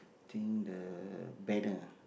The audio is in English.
think the banner ah